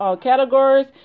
categories